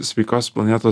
sveikos planetos